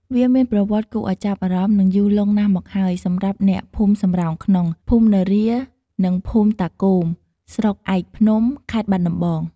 វាមានប្រវត្តិគួរឱ្យចាប់អារម្មណ៍ និងយូរលង់ណាស់មកហើយ សម្រាប់អ្នកភូមិសំរោងក្នុង ភូមិនរា និងភូមិតាគោម ស្រុកឯកភ្នំ ខេត្តបាត់ដំបង។